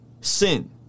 sin